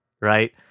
right